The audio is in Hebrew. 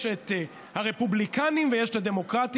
יש את הרפובליקנים ויש את הדמוקרטים.